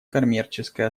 коммерческой